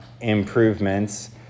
improvements